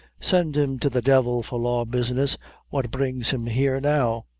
send him to the devil for law business what brings him here now?